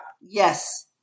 yes